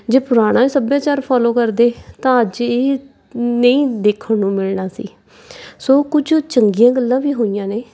ਜੇ ਪੁਰਾਣਾ ਸੱਭਿਆਚਾਰ ਫੋਲੋ ਕਰਦੇ ਤਾਂ ਅੱਜ ਇਹ ਨਹੀਂ ਦੇਖਣ ਨੂੰ ਮਿਲਣਾ ਸੀ ਸੋ ਕੁਝ ਚੰਗੀਆਂ ਗੱਲਾਂ ਵੀ ਹੋਈਆਂ ਨੇ